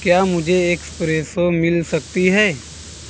क्या मुझे एक्सप्रेसो मिल सकती है